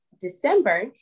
December